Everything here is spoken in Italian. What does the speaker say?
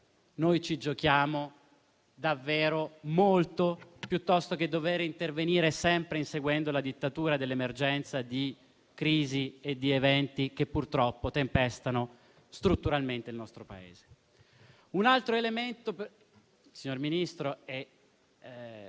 noi ci giochiamo davvero molto, piuttosto che dover intervenire sempre inseguendo la dittatura dell'emergenza di crisi e di eventi che purtroppo tempestano strutturalmente il nostro Paese. Un altro elemento, signori